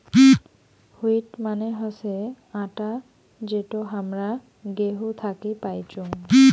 wheat মানে হসে আটা যেটো হামরা গেহু থাকি পাইচুং